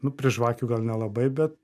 nu prie žvakių gal nelabai bet